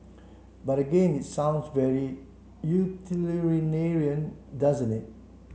but again it sounds very doesn't it